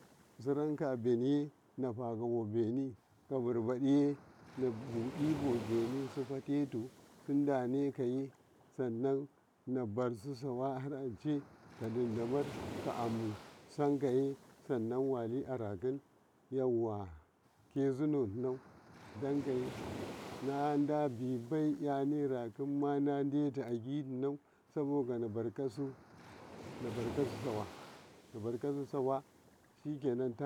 ﻿suraka'abeniye nafaka bobeneyi nabuɗabobeneye sefateto sedane kaye sanon na basu sawa har an achai kadidamaru ka'amusanan wali arakisu yawa kezineno dakaye nadabi by kyanerakin naduto agina sabo ganabarakasu sawa nabarasu sawa.